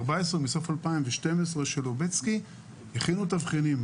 מ-2014-2012, של לובצקי, הכינו תבחינים.